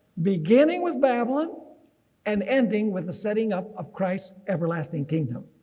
beginning with babylon and ending with the setting up of christ's everlasting kingdom.